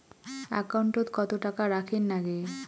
একাউন্টত কত টাকা রাখীর নাগে?